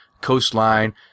coastline